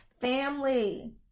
family